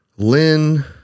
Lynn